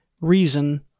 reason